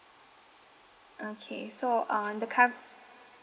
okay so uh the cov~